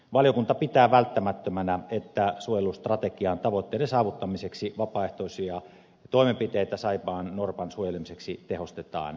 valiokunta pitää välttämättömänä että suojelustrategian tavoitteiden saavuttamiseksi vapaaehtoisia toimenpiteitä saimaannorpan suojelemiseksi tehostetaan edelleen